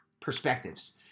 perspectives